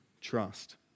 trust